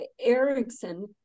Erickson